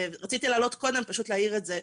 רציתי לעלות קודם כדי להעיר את זה.